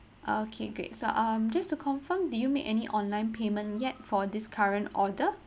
okay great so um just to confirm do you make any online payment yet for this current order